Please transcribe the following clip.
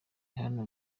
hano